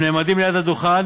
הם נעמדים ליד הדוכן,